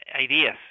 ideas